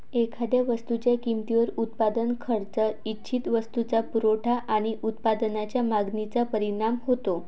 एखाद्या वस्तूच्या किमतीवर उत्पादन खर्च, इच्छित वस्तूचा पुरवठा आणि उत्पादनाच्या मागणीचा परिणाम होतो